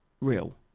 real